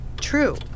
True